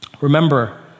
Remember